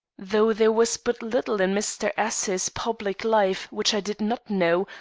though there was but little in mr. s s public life which i did not know,